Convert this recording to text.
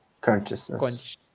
consciousness